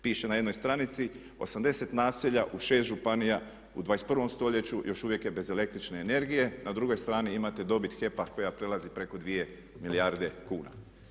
Piše na jednoj stranici 80 naselja u 6 županija u 21. stoljeću još uvijek je bez električne energije, na drugoj strani imate dobit HEP-a koja prelazi preko 2 milijarde kuna.